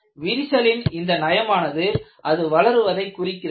விரிசலின் இந்த நயமானது அது வளர்வதை குறிக்கிறது